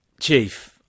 chief